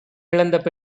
இழந்த